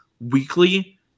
weekly